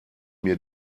mir